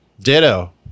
ditto